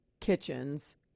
kitchens